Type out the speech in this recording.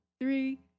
three